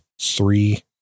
three